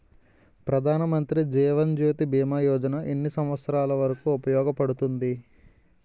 ప్రధాన్ మంత్రి జీవన్ జ్యోతి భీమా యోజన ఎన్ని సంవత్సారాలు వరకు ఉపయోగపడుతుంది?